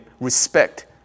respect